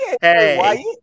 hey